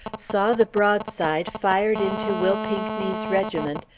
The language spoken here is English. saw the broadside fired into will pinckney's regiment,